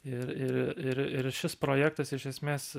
ir ir ir ir šis projektas iš esmės